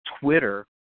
Twitter